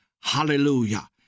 Hallelujah